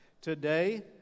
Today